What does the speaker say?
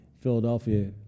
Philadelphia